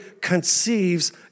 conceives